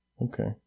Okay